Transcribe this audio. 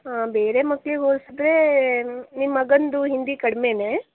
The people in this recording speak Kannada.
ಬೇರೆ ಮಕ್ಳಿಗೆ ಹೋಲ್ಸಿದ್ರೆ ನಿಮ್ಮ ಮಗಂದು ಹಿಂದಿ ಕಡಿಮೇನೆ